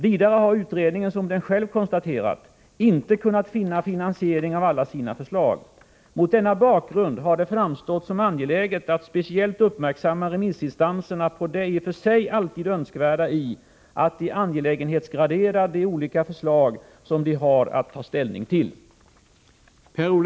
Vidare har utredningen, som den själv konstaterat, inte kunnat finna finansiering för alla sina förslag. Mot denna bakgrund har det framstått som angeläget att speciellt göra remissinstanserna uppmärksamma på det i och för sig alltid önskvärda i att de angelägenhetsgraderar de olika förslag som de har att ta ställning till.